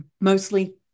mostly